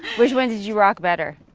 which one did you rock better?